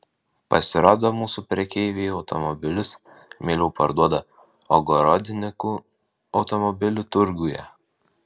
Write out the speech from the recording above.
pasirodo mūsų prekeiviai automobilius mieliau parduoda ogorodnikų automobilių turguje